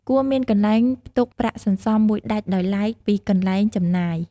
គួរមានកន្លែងផ្ទុកប្រាក់សន្សំមួយដាច់ដោយឡែកពីកន្លែងចំណាយ។